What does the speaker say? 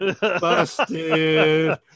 Busted